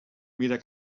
mira